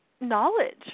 knowledge